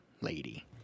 lady